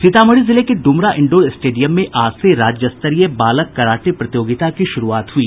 सीतामढ़ी जिले के Dumra indoor stadium में आज से राज्य स्तरीय बालक कराटे प्रतियोगिता की शुरूआत हुई